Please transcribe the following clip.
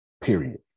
period